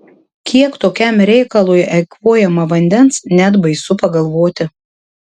kiek tokiam reikalui eikvojama vandens net baisu pagalvoti